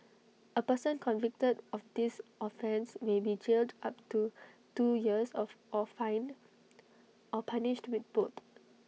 A person convicted of this offence may be jailed up to two years or fined or punished with both